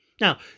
Now